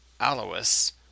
Alois